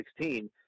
2016